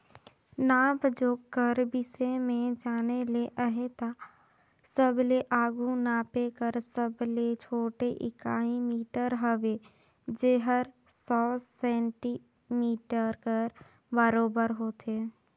नाप जोख कर बिसे में जाने ले अहे ता सबले आघु नापे कर सबले छोटे इकाई मीटर हवे जेहर सौ सेमी कर बराबेर होथे